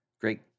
Great